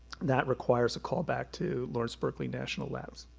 that requires a callback to lawrence berkeley national labs.